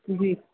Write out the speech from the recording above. جی